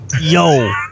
Yo